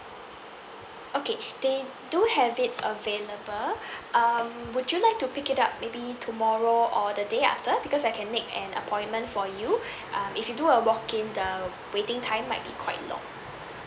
okay they do have it available um would you like to pick it up maybe tomorrow or the day after because I can make an appointment for you um if you do a walk in the waiting time might be quite long